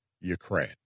Ukraine